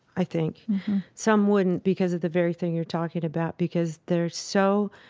i think some wouldn't because of the very thing you are talking about. because they are so,